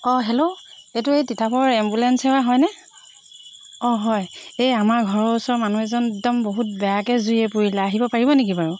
অঁ হেল্ল' এইটো এই তিতাবৰৰ এম্বুলেঞ্চ সেৱা হয়নে অঁ হয় এই আমাৰ ঘৰৰ ওচৰৰ মানুহ এজন একদম বহুত বেয়াকৈ জুয়ে পুৰিলে আহিব পাৰিব নেকি বাৰু